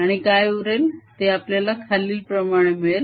आणि काय उरेल ते आपल्याला खालील प्रमाणे मिळेल